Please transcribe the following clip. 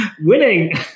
winning